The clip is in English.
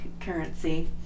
currency